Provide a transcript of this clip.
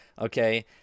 okay